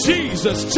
Jesus